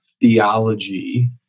theology